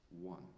one